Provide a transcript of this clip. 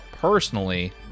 personally